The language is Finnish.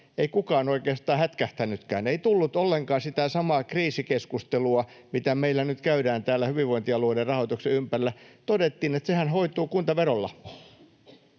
ei kukaan oikeastaan hätkähtänytkään. Ei tullut ollenkaan sitä samaa kriisikeskustelua, mitä meillä nyt käydään täällä hyvinvointialueiden rahoituksen ympärillä. Todettiin, että sehän hoituu kuntaverolla.